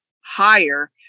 higher